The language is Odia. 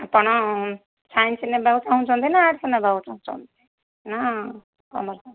ଆପଣ ସାଇନ୍ସ ନେବାକୁ ଚାଁହୁଛନ୍ତି ନା ଆର୍ଟ୍ସ ନେବାକୁ ଚାଁହୁଛନ୍ତି ନା କମର୍ସ